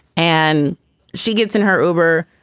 and she gets in her uber,